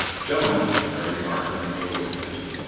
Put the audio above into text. gentlemen, i remarked when the meal was finished,